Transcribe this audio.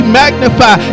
magnify